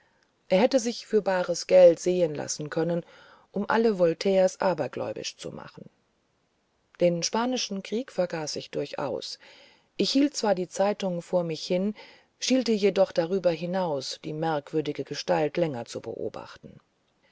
er hätte sich für bares geld sehen lassen können um alle voltaires abergläubisch zu machen den spanischen krieg vergaß ich durchaus ich hielt zwar die zeitung vor mir hin schielte jedoch darüber hinaus die merkwürdige gestalt länger zu beobachten